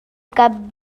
cap